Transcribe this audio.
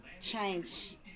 change